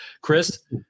Chris